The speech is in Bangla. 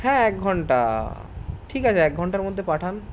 হ্যাঁ এক ঘণ্টা ঠিক আছে এক ঘণ্টার মধ্যে পাঠান